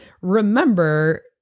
remember